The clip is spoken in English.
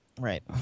Right